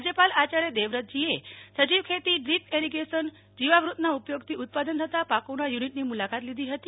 રાજ્યપાલ આચાર્ય દેવવ્રતજીએ અહીં સજીવ ખેતી ડ્રીપ ઇરીગેશન જીવામૃતના ઉપયોગથી ઉત્પાદન થતા પાકોના યુનિટની મુલાકાત લીધી હતી